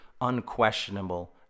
unquestionable